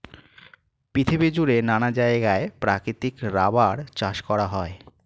পৃথিবী জুড়ে নানা জায়গায় প্রাকৃতিক রাবার চাষ করা হয়